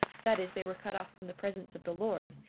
that is, they were cut off from the presence of the lord,